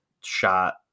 shot